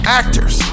actors